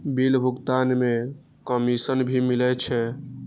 Bill भुगतान में commission भी मिले छै?